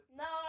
no